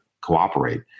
cooperate